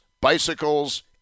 Bicycles